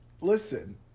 Listen